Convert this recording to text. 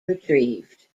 retrieved